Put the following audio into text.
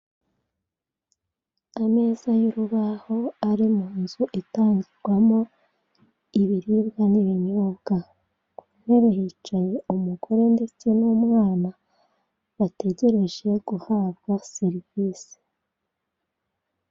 Ameza y'urubaho ari munzu itangirwamo ibiribwa n'ibinyobwa, ku intebe hicaye umugore ndetse n'umwana bategereje guhabwa serivise.